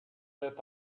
that